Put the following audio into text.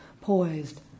poised